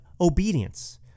obedience